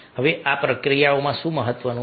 હવે આ પ્રક્રિયામાં શું મહત્વનું છે